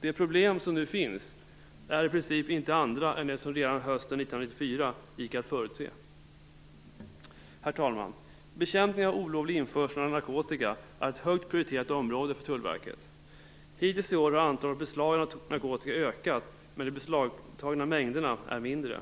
De problem som nu finns är i princip inte andra än de som redan hösten 1994 gick att förutse. Herr talman! Bekämpningen av olovlig införsel av narkotika är ett högt prioriterat område för Tullverket. Hittills i år har antalet beslag av narkotika ökat, men de beslagtagna mängderna är mindre.